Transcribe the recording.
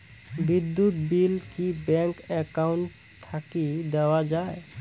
বিদ্যুৎ বিল কি bank account থাকি দেওয়া য়ায়?